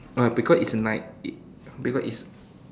oh because it's night it because it's